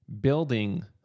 building